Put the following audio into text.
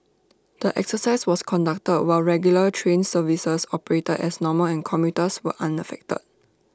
the exercise was conducted while regular train services operated as normal and commuters were unaffected